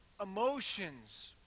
emotions